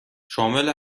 شامل